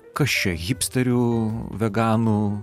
kas čia hipsterių veganų